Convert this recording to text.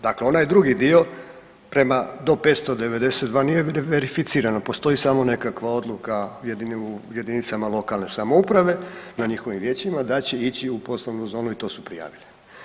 Dakle, onaj drugi dio prema do 592 nije ni verificirano postoji samo nekakva odluka u jedinicama lokalne samouprave na njihovim vijećima da će ići u poslovnu zonu i to su prijavili.